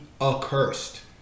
accursed